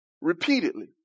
repeatedly